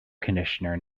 conditioner